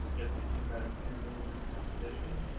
you know thinking about new modes of composition.